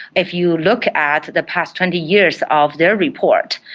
if you look at the past twenty years of their report,